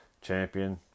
Champion